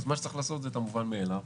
אז מה שצריך לעשות זה את המובן מאליו.